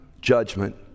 judgment